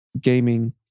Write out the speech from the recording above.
gaming